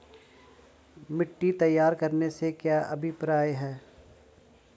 मिट्टी तैयार करने से क्या अभिप्राय है?